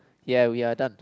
ya we are done